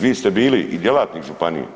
Vi ste bili i djelatnik županije.